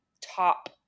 top